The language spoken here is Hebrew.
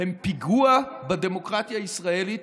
הם פיגוע בדמוקרטיה הישראלית.